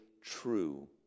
true